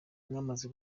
mwamaze